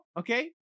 okay